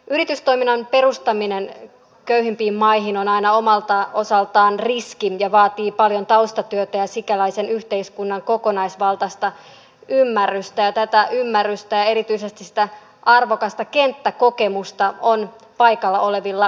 yritystoiminnan perustaminen köyhimpiin maihin on aina omalta osaltaan riski ja vaatii paljon taustatyötä ja sikäläisen yhteiskunnan kokonaisvaltaista ymmärrystä ja tätä ymmärrystä ja erityisesti sitä arvokasta kenttäkokemusta on paikalla olevilla kehitysyhteistyöjärjestöillä